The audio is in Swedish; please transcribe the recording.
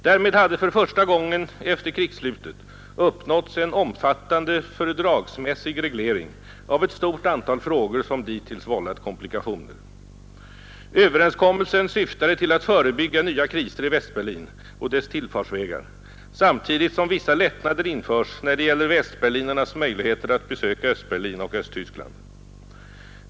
Därmed hade för första gången efter krigsslutet uppnåtts en omfattande fördragsmässig reglering av ett stort antal frågor, som dittills vållat komplikationer. Överenskommelsen syftade till att förebygga nya kriser i Västberlin och dess tillfartsvägar samtidigt som vissa lättnader införs, när det gäller västberlinarnas möjligheter att besöka Östberlin och Östtyskland.